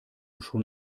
schon